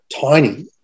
tiny